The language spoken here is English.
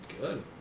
Good